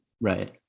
Right